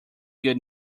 good